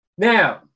Now